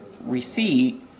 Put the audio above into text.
receipt